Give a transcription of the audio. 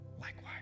likewise